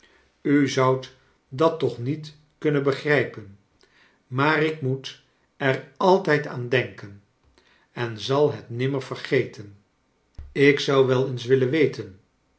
u zoudt dat toch niet kunnen begrijpen maar ik moet er altijd aan denken en zal het nimmer vergeten ik zou wel eens willen weten